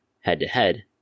head-to-head